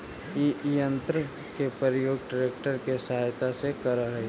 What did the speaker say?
इ यन्त्र के प्रयोग ट्रेक्टर के सहायता से करऽ हई